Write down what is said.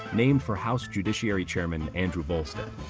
named for house judiciary chairman andrew volstead.